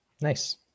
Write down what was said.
Nice